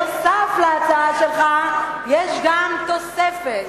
נוסף על ההצעה שלך יש גם תוספת.